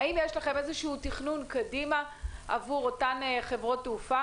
האם יש לכם איזה שהוא תכנון קדימה עבור אותן חברות תעופה?